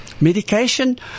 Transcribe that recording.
Medication